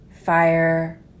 fire